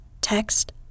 text